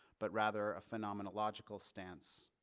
but rather a phenomenological stance.